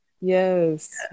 yes